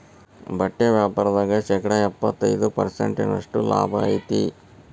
ಬಟ್ಟಿ ವ್ಯಾಪಾರ್ದಾಗ ಶೇಕಡ ಎಪ್ಪ್ತತ ಪರ್ಸೆಂಟಿನಷ್ಟ ಲಾಭಾ ಐತಿ